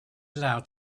allowed